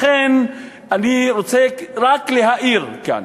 לכן אני רוצה רק להעיר כאן,